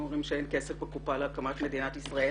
אומרים שאין כסף בקופה להקמת מדינת ישראל.